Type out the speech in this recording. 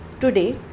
today